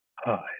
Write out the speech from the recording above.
Hi